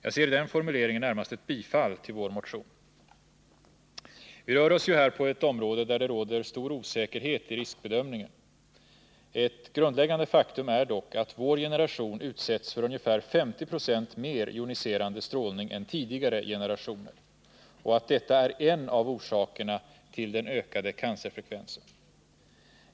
Jag ser i den formuleringen närmast ett bifall till vår motion. Vi rör oss ju här på ett område där det råder stor osäkerhet i riskbedömning. Ett grundläggande faktum är dock att vår generation utsätts för ungefär 50 96 mer joniserande strålning än tidigare generationer och att detta är en av orsakerna till ökningen av cancerfrekvensen.